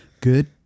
Good